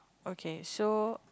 okay so